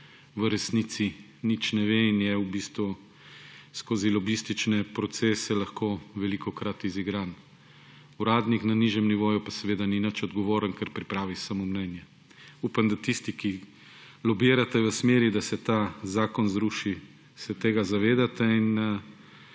v resnici nič ne ve in je v bistvu skozi lobistične procese lahko velikokrat izigran, uradnik na nižjem nivoju pa seveda ni nič odgovoren, ker pripravi samo mnenje. Upam, da se tisti, ki lobirate v smeri, da se ta zakon zruši, tega zavedate in